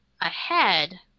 ahead